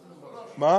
מה?